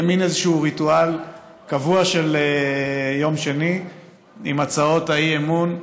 במין איזשהו ריטואל קבוע של יום שני עם הצעות האי-אמון,